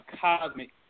cosmic